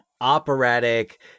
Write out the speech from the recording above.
operatic